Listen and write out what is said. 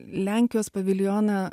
lenkijos paviljone